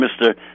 Mr